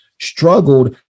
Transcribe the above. struggled